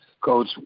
Coach